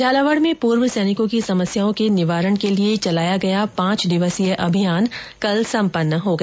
झालावाड में पूर्व सैनिकों की समस्याओं के निवारण के लिये चलाया गया पांच दिवसीय अभियान कल सम्पन्न हो गया